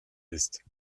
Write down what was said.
ist